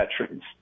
veterans